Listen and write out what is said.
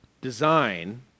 design